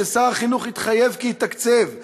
ששר החינוך התחייב כי יתקצב,